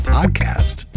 Podcast